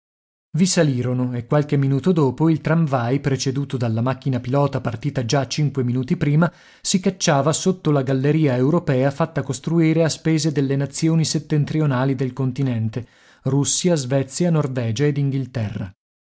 salirono e qualche minuto dopo il tramvai preceduto dalla macchina pilota partita già cinque minuti prima si cacciava sotto la galleria europea fatta costruire a spese delle nazioni settentrionali del continente russia svezia norvegia ed inghilterra